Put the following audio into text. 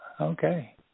Okay